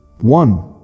one